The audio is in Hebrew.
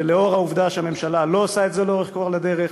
ולאור העובדה שהממשלה לא עושה את זה לאורך כל הדרך,